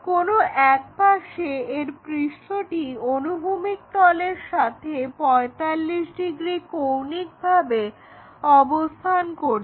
কোনো একপাশে এর পৃষ্ঠটি অনুভূমিক তলের সাথে 45° কৌণিক ভাবে অবস্থান করছে